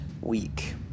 week